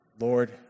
Lord